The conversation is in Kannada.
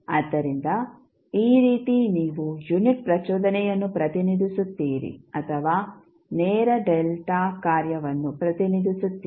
ಆದ್ದರಿಂದ ಈ ರೀತಿ ನೀವು ಯುನಿಟ್ ಪ್ರಚೋದನೆಯನ್ನು ಪ್ರತಿನಿಧಿಸುತ್ತೀರಿ ಅಥವಾ ನೇರ ಡೆಲ್ಟಾ ಕಾರ್ಯವನ್ನು ಪ್ರತಿನಿಧಿಸುತ್ತೀರಿ